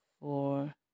four